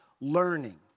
learning